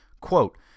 Quote